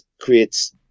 creates